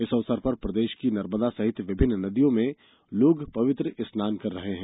इस अवसर पर प्रदेश की नर्मदा सहित विभिन्न नदियों में लोग पवित्र स्नान कर रहे हैं